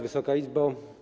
Wysoka Izbo!